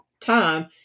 time